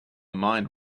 mind